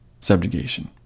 subjugation